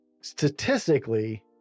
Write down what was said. statistically